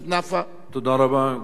כבוד היושב-ראש,